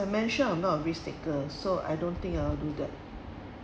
I mentioned I'm not a risk taker so I don't think I'll do that